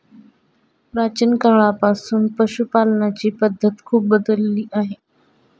प्राचीन काळापासून पशुपालनाची पद्धत खूप बदलली आहे